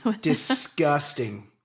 Disgusting